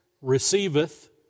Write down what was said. receiveth